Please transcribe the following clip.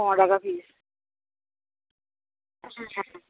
পনেরো টাকা পিস হ্যাঁ হ্যাঁ হ্যাঁ